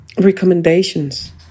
recommendations